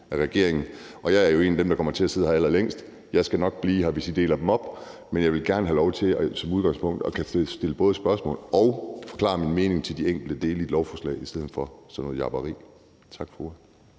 vil dele det op, og jeg er jo en af dem, der kommer til at sidde her allerlængst, og jeg skal nok blive her, hvis I deler det op. Men jeg vil gerne som udgangspunkt have lov til både at kunne stille spørgsmål og forklare min mening om de enkelte dele i et lovforslag i stedet for sådan noget japperi. Tak for